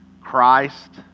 Christ